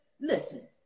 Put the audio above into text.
Listen